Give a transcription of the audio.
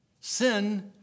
Sin